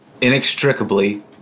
inextricably